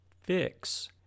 fix